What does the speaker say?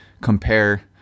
compare